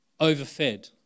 overfed